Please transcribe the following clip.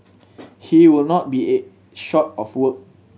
he would not be a short of work